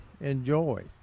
Enjoy